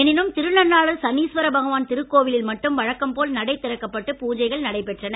எனினும் திருநள்ளாறு சனீஸ்வர பகவான் திருக்கோயிலில் மட்டும் வழக்கம்போல் நடை திறக்கப்பட்டு பூஜைகள் நடைபெற்றன